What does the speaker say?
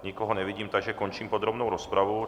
Nikoho nevidím, takže končím podrobnou rozpravu.